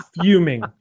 Fuming